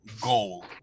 goal